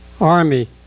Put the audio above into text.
Army